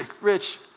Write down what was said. Rich